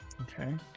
okay